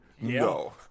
no